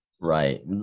Right